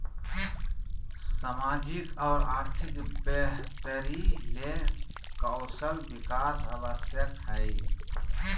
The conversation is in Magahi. सामाजिक और आर्थिक बेहतरी ले कौशल विकास आवश्यक हइ